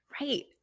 right